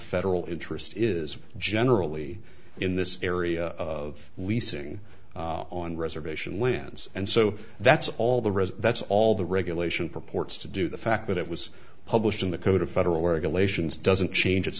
federal interest is generally in this area of leasing on reservation lands and so that's all the rest that's all the regulation purports to do the fact that it was published in the code of federal regulations doesn't change